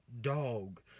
dog